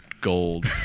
gold